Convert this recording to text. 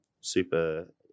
super